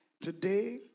Today